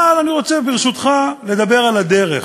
אבל אני רוצה, ברשותך, לדבר על הדרך,